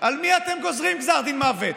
על מי אתם גוזרים גזר דין מוות?